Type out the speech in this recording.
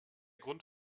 grund